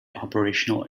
operational